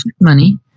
money